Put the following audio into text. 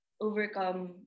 overcome